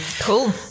Cool